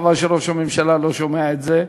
חבל שראש הממשלה לא שומע את זה,